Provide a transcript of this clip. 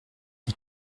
les